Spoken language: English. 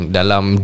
Dalam